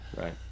right